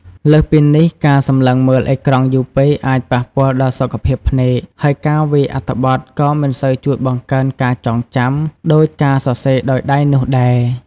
លើសពីនេះ ការសម្លឹងមើលអេក្រង់យូរពេកអាច ប៉ះពាល់ដល់សុខភាពភ្នែក ហើយការវាយអត្ថបទក៏ មិនសូវជួយបង្កើនការចងចាំ ដូចការសរសេរដោយដៃនោះដែរ។